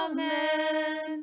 Amen